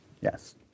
Yes